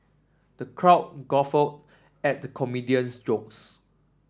the crowd guffawed at the comedian's jokes